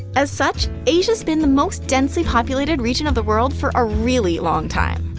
as such, asia's been the most densely populated region of the world for a really long time.